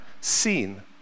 seen